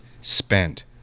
spent